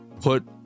put